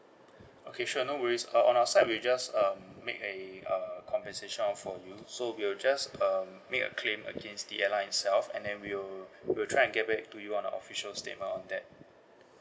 okay sure no worries uh on our side we just um make a uh compensation out for you so we'll just um make a claim against the airline itself and then we'll we'll try and get back to you on a official statement on that